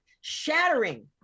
shattering